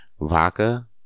Vodka